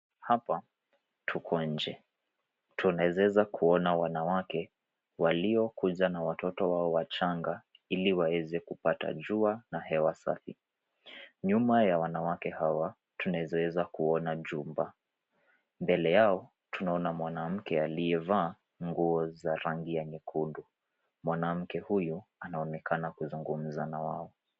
Hapa tuko nje. Tunaweza kuona wanawake waliokuja na watoto wao wachanga ili waweze kupata jua na hewa safi. Nyuma ya wanawake hawa tunaweza kuona jumba. Mbele yao tunaona mwanamke aliyevaa nguo za rangi ya nyekundu. Mwanamke huyu anaonekana kuzungumza na wao.